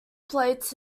plates